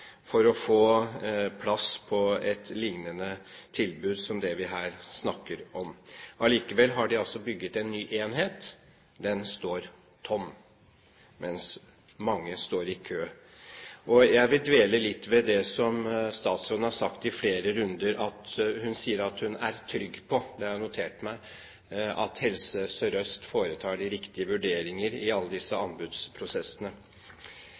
for å få plass på et lignende tilbud som det vi her snakker om. De har altså bygget en ny enhet. Den står tom, mens mange står i kø. Jeg vil dvele litt ved det som statsråden har sagt i flere runder. Hun sier at hun er «trygg på» – det har jeg notert meg – at Helse Sør-Øst foretar de riktige vurderinger i alle disse